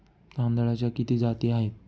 तांदळाच्या किती जाती आहेत?